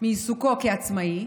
מעיסוקו כעצמאי,